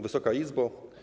Wysoka Izbo!